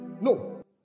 no